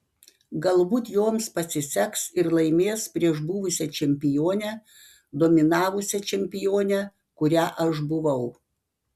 galbūt joms pasiseks ir laimės prieš buvusią čempionę dominavusią čempionę kuria aš buvau